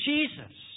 Jesus